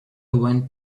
went